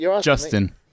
Justin